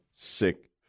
sick